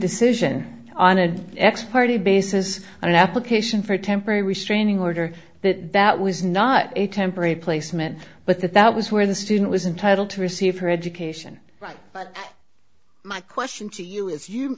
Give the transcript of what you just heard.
decision on an ex party base as an application for temporary restraining order that that was not a temporary placement but that that was where the student was entitled to receive her education right but my question to you is you